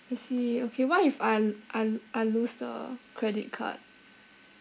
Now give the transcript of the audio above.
I see okay what if I l~ I l~ I lose the credit card